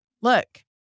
look